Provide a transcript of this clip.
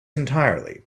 entirely